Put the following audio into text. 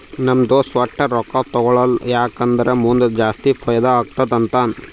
ನಮ್ ದೋಸ್ತ ವಟ್ಟೆ ರೊಕ್ಕಾ ತೇಕೊಳಲ್ಲ ಯಾಕ್ ಅಂದುರ್ ಮುಂದ್ ಜಾಸ್ತಿ ಫೈದಾ ಆತ್ತುದ ಅಂತಾನ್